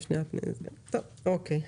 אוקיי.